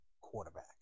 quarterback